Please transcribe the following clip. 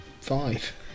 five